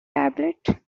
tablet